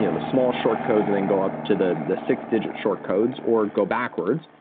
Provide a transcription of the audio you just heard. you know the small short codes and then go up to the the six-digit short codes or go backwards.